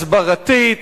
הסברתית,